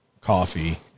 coffee